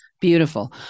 Beautiful